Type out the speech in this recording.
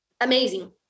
amazing